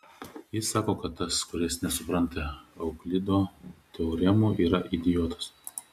jis sako kad tas kuris nesupranta euklido teoremų yra idiotas